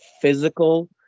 physical